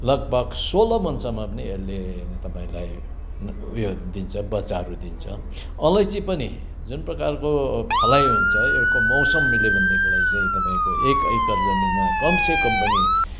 लगभग सोह्र मनसम्म पनि यसले तपाईँलाई उयो दिन्छ बच्चाहरू दिन्छ अलैँची पनि जुन प्रकारको फलाइ हुन्छ यिनीहरूको मौसम मिल्यो भनेदेखिलाई चाहिँ तपाईँको एक एकर जमिनमा कमसे कम पनि